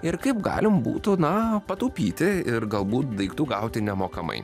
ir kaip galim būtų na pataupyti ir galbūt daiktų gauti nemokamai